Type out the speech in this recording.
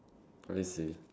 oh I see